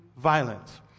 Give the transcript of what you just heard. Violence